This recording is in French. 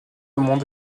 monde